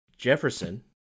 Jefferson